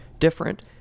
different